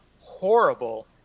horrible